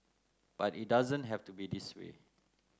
but it doesn't have to be this way